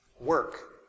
work